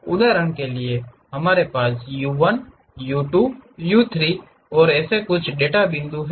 उदाहरण के लिए हमारे पास u1u2u3 है और जैसे कुछ डेटा बिंदु हैं